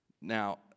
Now